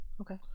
Okay